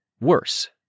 Worse